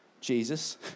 Jesus